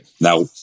Now